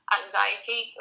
anxiety